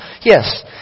yes